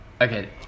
Okay